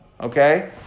Okay